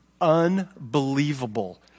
Unbelievable